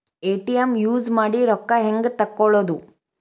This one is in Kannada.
ಎ.ಟಿ.ಎಂ ಯೂಸ್ ಮಾಡಿ ರೊಕ್ಕ ಹೆಂಗೆ ತಕ್ಕೊಳೋದು?